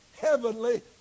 Heavenly